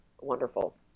wonderful